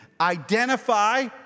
identify